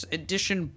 edition